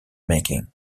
making